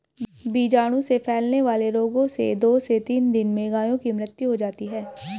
बीजाणु से फैलने वाले रोगों से दो से तीन दिन में गायों की मृत्यु हो जाती है